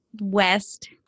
West